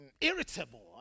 irritable